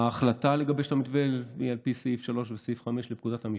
ההחלטה לגבש את המתווה היא על פי סעיף 3 וסעיף 5 לפקודת המשטרה,